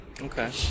Okay